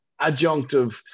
adjunctive